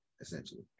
essentially